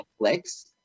Netflix